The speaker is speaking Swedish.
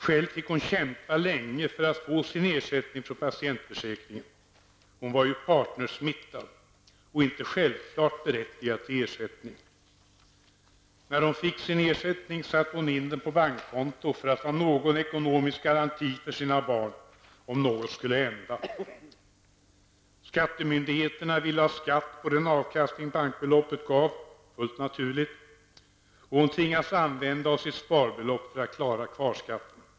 Själv fick hon kämpa länge för att få sin ersättning från patientförsäkringen. Hon var partnersmittad, och det var inte självklart att hon var berättigad till ersättning. När hon fick sin ersättning satte hon in den på ett bankkonto för att ha någon ekonomisk garanti för sina barn om något skulle hända. Skattemyndigheterna ville fullt naturligt ha skatt på den avkastning bankbeloppet gav, och hon tvingades använda av sitt sparbelopp för att klara kvarskatten.